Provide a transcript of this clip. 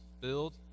build